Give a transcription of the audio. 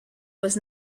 was